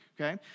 okay